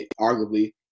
arguably